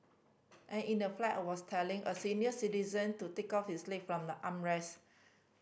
and in the flight I was telling a senior citizen to take out his leg from the armrest